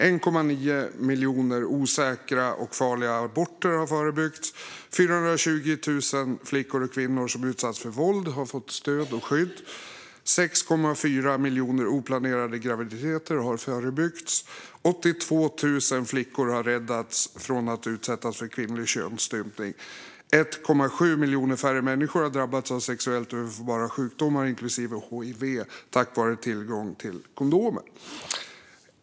1,9 miljoner osäkra och farliga aborter har förebyggts. 420 000 flickor och kvinnor som utsatts för våld har fått stöd och skydd. 6,4 miljoner oplanerade graviditeter har förebyggts. 82 000 flickor har räddats från att utsättas för kvinnlig könsstympning. 1,7 miljoner färre människor har drabbats av sexuellt överförbara sjukdomar, inklusive hiv, tack vare tillgång till kondomer.